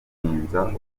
gutinza